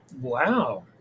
Wow